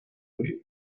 río